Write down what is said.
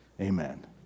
Amen